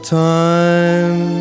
time